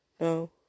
No